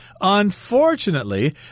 Unfortunately